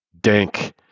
Dank